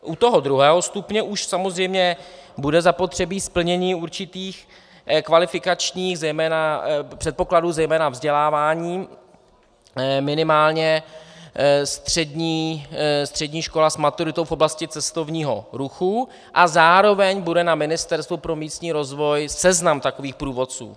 U druhého stupně už samozřejmě bude zapotřebí splnění určitých kvalifikačních předpokladů, zejména vzdělávání, minimálně střední škola s maturitou v oblasti cestovního ruchu, a zároveň bude na Ministerstvu pro místní rozvoj seznam takových průvodců.